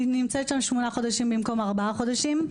היא נמצאת שם שמונה חודשים במקום ארבעה חודשים.